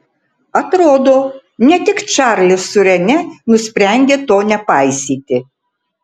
atrodo ne tik čarlis su rene nusprendė to nepaisyti